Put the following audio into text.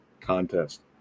contest